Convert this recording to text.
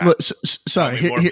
Sorry